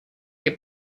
che